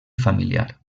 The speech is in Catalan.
familiar